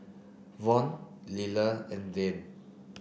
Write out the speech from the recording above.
Von Liller and Dayne